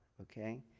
okay